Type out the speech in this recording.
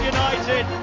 United